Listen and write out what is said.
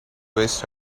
waste